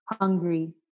hungry